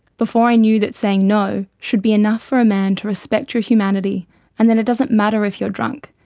before i knew that saying no should be enough for a man to respect your humanity and that it doesn't matter if you're drunk,